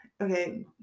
Okay